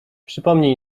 przypomnij